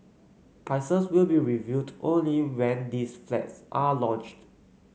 prices will be revealed only when these flats are launched